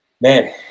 man